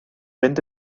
fynd